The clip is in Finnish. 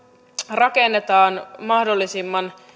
rakennetaan mahdollisimman